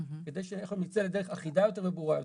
כדי שאנחנו נצא לדרך אחידה יותר וברורה יותר.